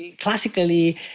Classically